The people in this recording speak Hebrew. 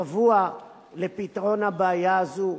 שקבוע לפתרון הבעיה הזאת.